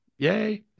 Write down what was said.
Yay